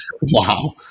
Wow